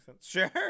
sure